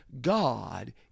God